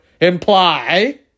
imply